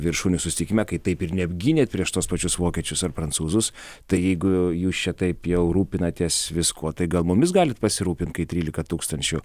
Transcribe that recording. viršūnių susitikime kai taip ir neapgynėt prieš tuos pačius vokiečius ar prancūzus tai jeigu jūs čia taip jau rūpinatės viskuo tai gal mumis galit pasirūpint kai trylika tūkstančių